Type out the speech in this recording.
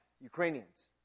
Ukrainians